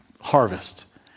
harvest